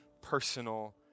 personal